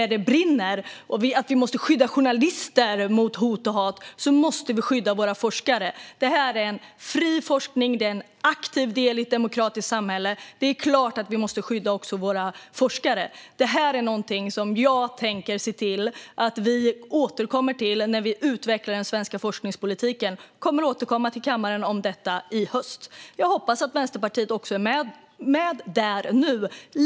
Och precis som vi måste skydda journalister mot hot och hat måste vi också skydda våra forskare. Fri forskning är en aktiv del i ett demokratiskt samhälle. Det är klart att vi måste skydda också våra forskare. Det här är någonting som jag tänker se till att vi återkommer till när vi utvecklar den svenska forskningspolitiken. Jag kommer att återkomma till kammaren om detta i höst. Jag hoppas att Vänsterpartiet är med där.